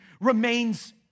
remains